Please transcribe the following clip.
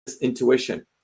intuition